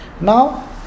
Now